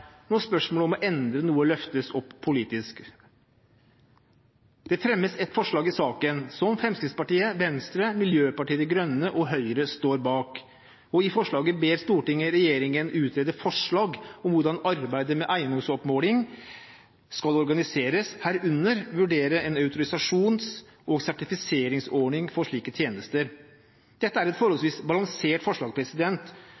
når spørsmålet om å endre noe løftes opp politisk. Det fremmes et forslag i saken som Fremskrittspartiet, Venstre, Miljøpartiet De Grønne og Høyre står bak. I forslaget ber Stortinget regjeringen utrede forslag om hvordan arbeidet med eiendomsoppmåling skal organiseres, herunder vurdere en autorisasjons- og sertifiseringsordning for slike tjenester. Dette er